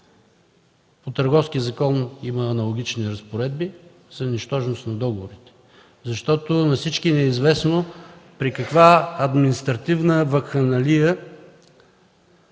в Търговския закон има аналогични разпоредби за нищожност на договорите. На всички ни е известно при каква административна вакханлия